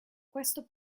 questo